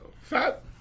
Fat